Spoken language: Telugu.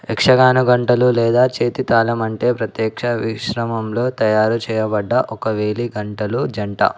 యక్షగాన గంటలు లేదా చేతితాళం అంటే ప్రత్యక్ష మిశ్రమంలో తయారు చేయబడ్డ ఒక వేలి గంటలు జంట